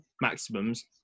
maximums